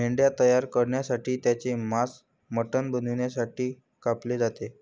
मेंढ्या तयार करण्यासाठी त्यांचे मांस मटण बनवण्यासाठी कापले जाते